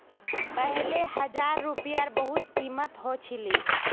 पहले हजार रूपयार बहुत कीमत ह छिले